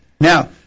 Now